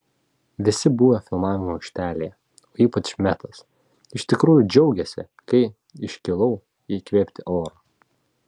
visi buvę filmavimo aikštelėje o ypač metas iš tikrųjų džiaugėsi kai iškilau įkvėpti oro